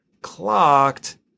clocked